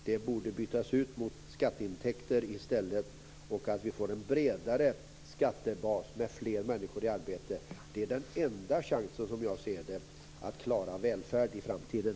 Det borde bytas ut mot skatteintäkter i stället och att vi får en bredare skattebas, med fler människor i arbete. Det är den enda chansen, som jag ser det, att klara välfärd i framtiden.